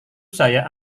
saya